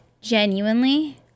genuinely